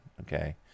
Okay